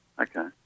Okay